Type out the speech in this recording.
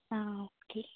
ആ ആ ഓക്കെ